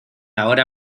ahora